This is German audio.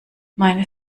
meine